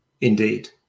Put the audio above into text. Indeed